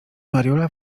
mariola